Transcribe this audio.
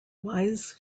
wise